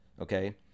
okay